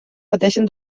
pateixen